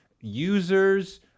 Users